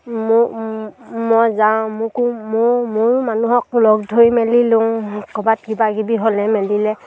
মই যাওঁ মোকো ময়ো মানুহক লগ ধৰি মেলি লওঁ ক'বাত কিবা কিবি হ'লে মেলিলে